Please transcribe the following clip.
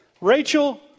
Rachel